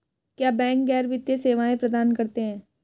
क्या बैंक गैर वित्तीय सेवाएं प्रदान करते हैं?